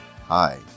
Hi